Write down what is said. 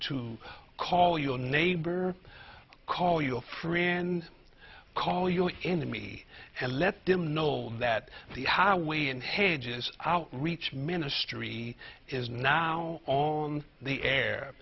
to call your neighbor call your friend call your enemy and let them know that the highway in hage is out reach ministry is now on the air